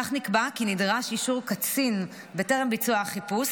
כך נקבע כי נדרש אישור קצין בטרם ביצוע החיפוש,